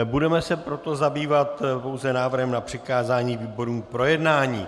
Budeme se proto zabývat pouze návrhem na přikázání výborům k projednání.